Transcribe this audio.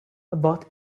about